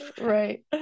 right